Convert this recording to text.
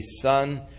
son